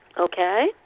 Okay